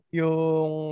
yung